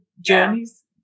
journeys